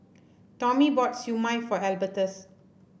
Tommie bought Siew Mai for Albertus